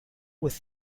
with